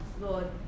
Lord